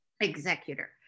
executor